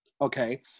Okay